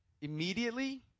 immediately